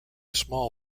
small